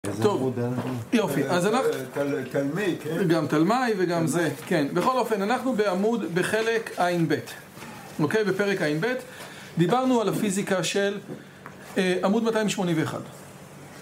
טוב, יופי, אז אנחנו, גם תלמי, וגם זה, כן, בכל אופן, אנחנו בעמוד בחלק ע' ב', אוקיי, בפרק ע' ב', דיברנו על הפיזיקה של עמוד 281.